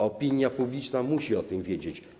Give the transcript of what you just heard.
Opinia publiczna musi o tym wiedzieć.